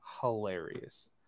hilarious